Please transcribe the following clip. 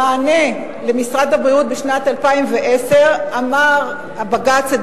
במענה למשרד הבריאות בשנת 2010 אמר הבג"ץ את